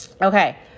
Okay